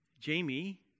Jamie